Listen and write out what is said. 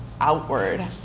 outward